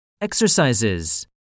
Exercises